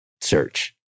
search